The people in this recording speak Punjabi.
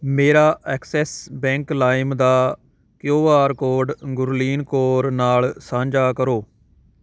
ਮੇਰਾ ਐਕਸੈਸ ਬੈਂਕ ਲਾਈਮ ਦਾ Q R code Gurleen Kaur ਨਾਲ ਸਾਂਝਾ ਕਰੋ